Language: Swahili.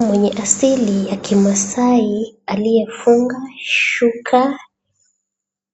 Mwenye asili ya kimasai aliyefunga shuka